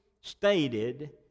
stated